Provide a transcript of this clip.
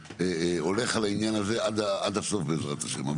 הולך על העניין הזה עד הסוף בעזרת השם.